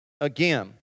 again